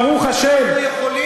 ברוך השם,